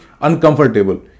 uncomfortable